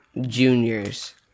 juniors